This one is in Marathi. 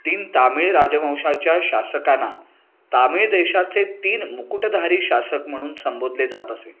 तीन तामिळ राजवंशाच्या शासकांना तामिळ देशाचे तीन मुकुटधारी शासक म्हणून संबोधले जात असे